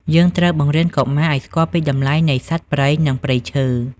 យើងត្រូវបង្រៀនកុមារឱ្យស្គាល់ពីតម្លៃនៃសត្វព្រៃ និងព្រៃឈើ។